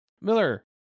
Miller